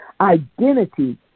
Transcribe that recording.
Identity